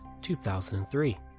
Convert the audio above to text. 2003